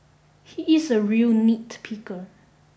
he is a real nitpicker